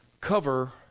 cover